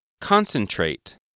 Concentrate